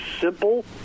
simple